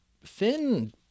Finn